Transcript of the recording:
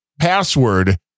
password